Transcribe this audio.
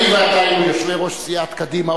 אם אני ואתה היינו יושבי-ראש סיעת קדימה,